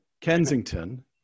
Kensington